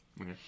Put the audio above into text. Okay